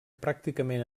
pràcticament